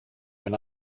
when